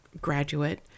graduate